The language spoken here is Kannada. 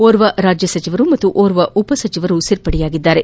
ಓರ್ವ ರಾಜ್ಯ ಸಚಿವರು ಹಾಗೂ ಓರ್ವ ಉಪ ಸಚಿವರು ಸೇರ್ಪಡೆಯಾಗಿದ್ದಾರೆ